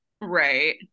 right